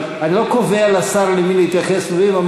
אבל אני לא קובע לשר למי להתייחס ולמי לא,